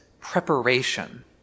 preparation